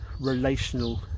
relational